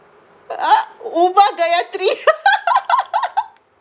uh umah gaithry